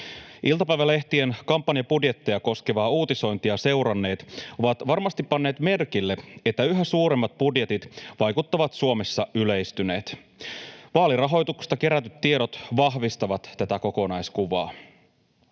Iltapäivälehtien kampanjabudjetteja koskevaa uutisointia seuranneet ovat varmasti panneet merkille, että yhä suuremmat budjetit vaikuttavat Suomessa yleistyneen. Vaalirahoituksesta kerätyt tiedot vahvistavat tätä kokonaiskuvaa.